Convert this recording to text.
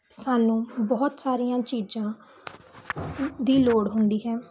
ਸਾਨੂੰ ਬਹੁਤ ਸਾਰੀਆਂ ਚੀਜ਼ਾਂ ਦੀ ਲੋੜ ਹੁੰਦੀ ਹੈ